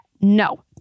No